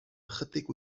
ychydig